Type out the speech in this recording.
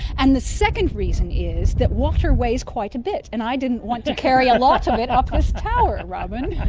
and the second reason is that water weighs quite a bit, and i didn't want to carry a lot of it up this tower, robyn.